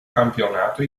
campionato